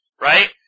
Right